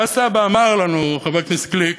ואז סבא אמר לנו, חבר הכנסת גליק,